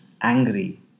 angry